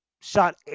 Shot